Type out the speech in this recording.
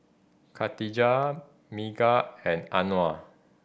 Katijah Megat and Anuar